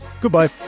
goodbye